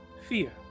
fear